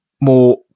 more